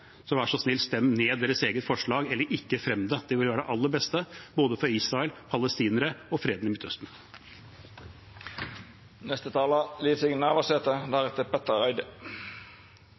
ned eget forslag, eller ikke frem det. Det vil være det aller beste for både Israel, palestinerne og freden i